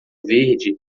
verde